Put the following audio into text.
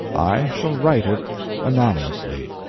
i shall write it anonymously.